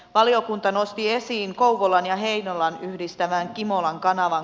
valiokunta nosti esiin kouvolan ja heinolan yhdistävän kimolan kanavan